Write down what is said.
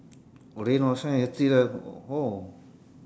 rain or shine you still have oh